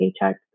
paycheck